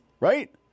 Right